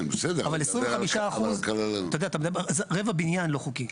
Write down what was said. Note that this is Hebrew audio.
אבל 25%, אתה יודע אתה מדבר על רבע בניין לא חוקי.